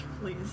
please